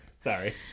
sorry